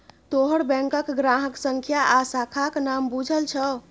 तोहर बैंकक ग्राहक संख्या आ शाखाक नाम बुझल छौ